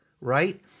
right